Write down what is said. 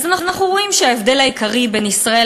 אז אנחנו רואים שההבדל העיקרי בין ישראל